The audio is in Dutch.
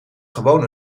gewoon